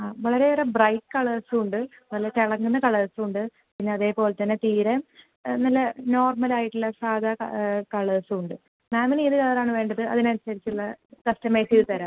ആ വളരെയേറെ ബ്രൈറ്റ് കളേഴ്സും ഉണ്ട് നല്ല തിളങ്ങുന്ന കളേഴ്സും ഉണ്ട് പിന്നെ അതേപോലെ തന്നെ തീരെ നല്ല നോർമൽ ആയിട്ടുള്ള സാദാ ക കളേഴ്സും ഉണ്ട് മാമിന് ഏത് കളർ ആണ് വേണ്ടത് അതിനനുസരിച്ചുള്ളത് കസ്റ്റമൈസ് ചെയ്ത് തരാം